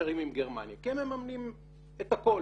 בקשרים עם גרמניה כי הם מממנים את הכל.